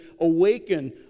awaken